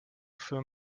für